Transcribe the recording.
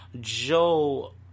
joe